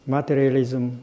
Materialism